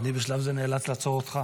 אני בשלב זה נאלץ לעצור אותך.